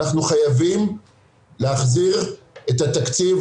למקום של סכנת הידרדרות,